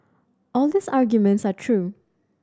all these arguments are true